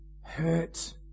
hurt